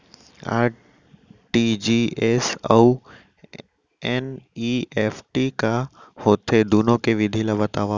RTGS अऊ NEFT का होथे, दुनो के विधि ला बतावव